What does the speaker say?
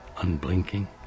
unblinking